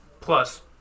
plus